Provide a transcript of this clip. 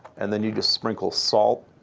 and then you sprinkle salt,